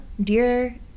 dear